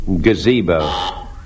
Gazebo